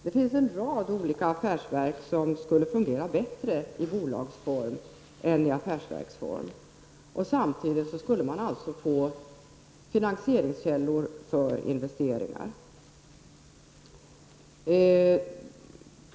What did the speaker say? Det finns en rad olika affärsverk som skulle fungera bättre i bolagsform än i affärsverksform. Samtidigt skulle man få finansieringskällor för investeringar.